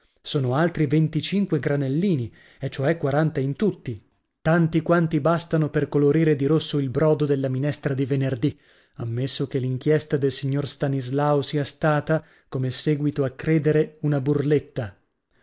sono altri venticinque granellini e cioè quaranta in tutti tanti quanti bastano per colorire di rosso il brodo della minestra di venerdì ammesso che l'inchiesta del signor stanislao sia stata come séguito a credere una burletta